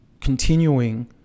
continuing